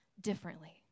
differently